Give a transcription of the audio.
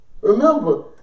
Remember